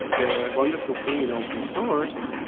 the wonderful thing in open-source,